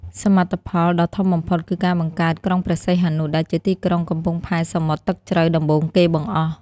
សមិទ្ធផលដ៏ធំបំផុតគឺការបង្កើតក្រុងព្រះសីហនុ ដែលជាទីក្រុងកំពង់ផែសមុទ្រទឹកជ្រៅដំបូងគេបង្អស់។